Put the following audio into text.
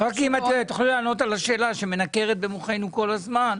--- רק אם תוכלי לענות על השאלה שמנקרת במוחנו כל הזמן,